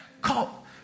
Call